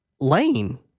Lane